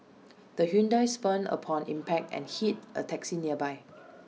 the Hyundai spun upon impact and hit A taxi nearby